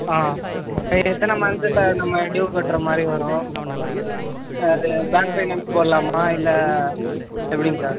ஆ அது எத்தனை month sir நம்ம டியூ கட்டுற மாதிரி வரும் அது பேங்க் ஃபைனான்ஸ் போடலாமா இல்லை எப்படிங்க சார்